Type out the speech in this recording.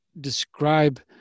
describe